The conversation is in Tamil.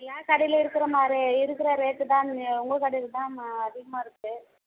எல்லா கடையிலையும் இருக்கிற மாதிரி இருக்கிற ரேட்டு தான் உங்கள் கடையிலதான் அதிகமாக இருக்குது